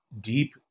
deep